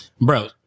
bro